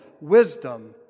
wisdom